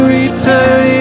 return